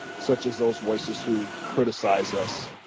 such as those voices who criticize us